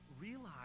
realize